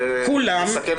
תתכנסי לסיכום